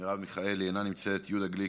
מרב מיכאלי, אינה נמצאת, יהודה גליק,